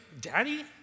daddy